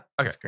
okay